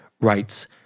writes